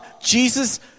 Jesus